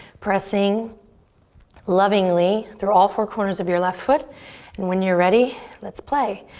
pressing lovingly through all four corners of your left foot and when you're ready, let's play,